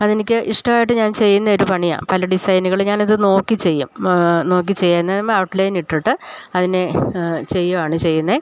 അത് എനിക്ക് ഇഷ്ടമായിട്ട് ഞാൻ ചെയ്യുന്ന ഒരു പണിയാണ് പല ഡിസൈന്കൾ ഞാൻ അത് നോക്കി ചെയ്യും നോക്കി ചെയ്യാൻ ഔട്ട്ലൈനിട്ടിട്ട് അതിനെ ചെയ്യുവാണ് ചെയ്യുന്നത്